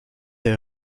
est